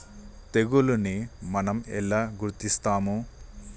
తెగులుని మనం ఎలా గుర్తిస్తాము?